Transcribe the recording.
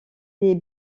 des